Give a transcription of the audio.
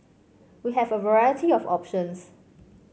we have a variety of options